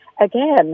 again